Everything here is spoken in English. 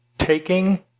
taking